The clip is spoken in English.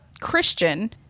Christian